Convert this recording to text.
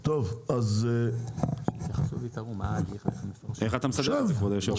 טוב, אז --- איך אתה מסדר את זה כבוד היושב ראש?